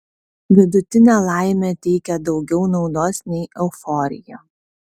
vidutinė laimė teikia daugiau naudos nei euforija